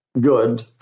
good